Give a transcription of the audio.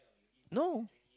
no